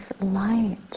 light